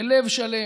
בלב שלם,